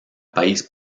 país